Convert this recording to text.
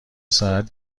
ساعت